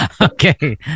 Okay